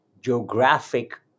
geographic